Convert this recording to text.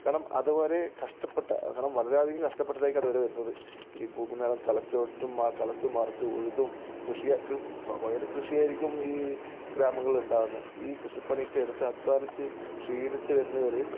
കാരണം അതുവരെ കഷ്ടപ്പെട്ട കാരണം വളരെയധികം കഷ്ടപ്പെട്ടിട്ടായിരിക്കും അതുവരെ വരുന്നത് ഈ ഭൂമി നിലം കിളച്ചിട്ടും ആ കിളച്ചുമറിച്ച് ഉഴുതും കൃഷിയെ സ്വാഭാവികമായിട്ടും കൃഷിയായിരിക്കും ഈ ഗ്രാമങ്ങളിൽ ഉണ്ടാവുന്നത് ഈ കൃഷിപ്പണിയൊക്കെയെടുത്ത് അധ്വാനിച്ച് ക്ഷീണിച്ചു വരുന്നവര്